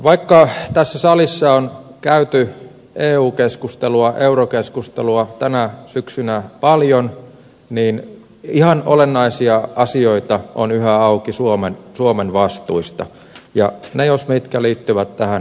vaikka tässä salissa on käyty eu keskustelua eurokeskustelua tänä syksynä paljon niin ihan olennaisia asioita on yhä auki suomen vastuista ja ne jos mitkä liittyvät tähän valtiovarainministeriön pääluokkaan